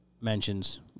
mentions